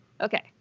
Okay